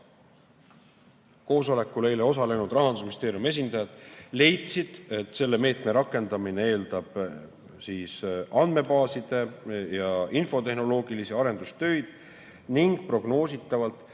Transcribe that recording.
koosolekul osalenud Rahandusministeeriumi esindajad leidsid, et selle meetme rakendamine eeldab andmebaaside infotehnoloogilisi arendustöid ning prognoositavalt